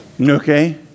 Okay